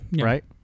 right